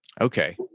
Okay